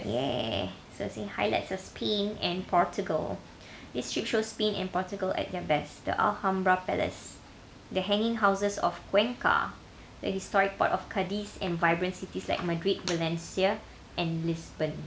ya so it says highlights spain and portugal this trip shows spain and portugal at their best the alhambra palace the hanging houses of cuenca the historic part of cadiz and vibrant cities like madrid valencia and lisbon